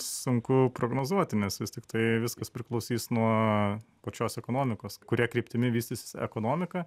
sunku prognozuoti nes vis tiktai viskas priklausys nuo pačios ekonomikos kuria kryptimi vystysis ekonomika